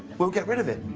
we'll get rid of it.